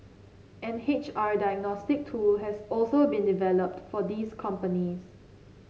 an H R diagnostic tool has also been developed for these companies